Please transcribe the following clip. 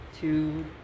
Two